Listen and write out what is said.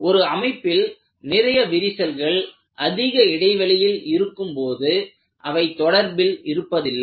ஒரு அமைப்பில் நிறைய விரிசல்கள் அதிக இடைவெளியில் இருக்கும் போது அவை தொடர்பில் இருப்பதில்லை